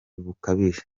bukabije